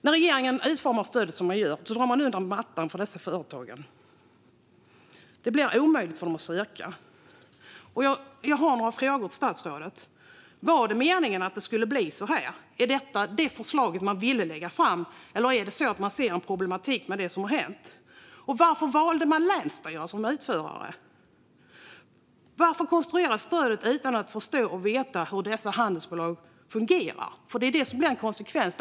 När regeringen utformar stödet på detta sätt drar man undan mattan för dessa företag. Det blir omöjligt för dem att söka. Jag har några frågor till statsrådet. Var det meningen att det skulle bli så här? Är detta det förslag som man ville lägga fram, eller ser man en problematik i det som hänt? Och varför valde man länsstyrelsen som utförare? Varför konstruerade man stödet utan att förstå och veta hur dessa handelsbolag fungerar? Det blir en konsekvens.